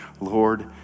Lord